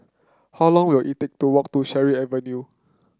how long will it take to walk to Cherry Avenue